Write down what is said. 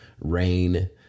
rain